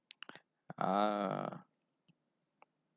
ah